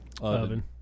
Oven